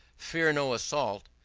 fear no assault,